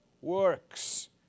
works